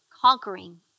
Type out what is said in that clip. Conquering